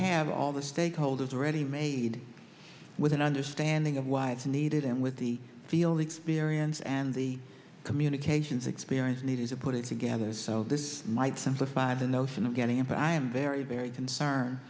have all the stakeholders ready made with an understanding of why it's needed and with the field experience and the communications experience needed to put it together so this might simplify the notion of getting about i am very very concerned